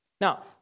Now